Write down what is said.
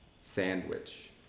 sandwich